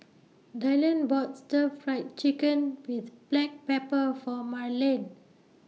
Dylon bought Stir Fried Chicken with Black Pepper For Marlin